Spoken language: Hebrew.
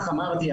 אמרתי,